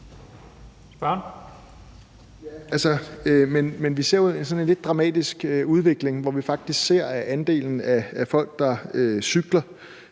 Vi ser jo sådan en lidt dramatisk udvikling, hvor der faktisk i andelen af folk, der cykler,